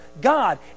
god